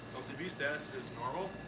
lcb status is normal.